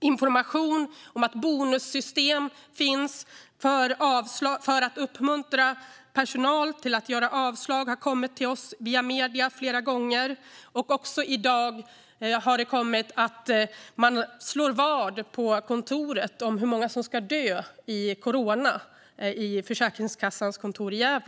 Information om att bonussystem finns för att uppmuntra personal till att besluta om avslag har flera gånger kommit till oss via medierna. I dag kom nyheten att man på Försäkringskassans kontor i Gävle slår vad om hur många som ska dö av corona.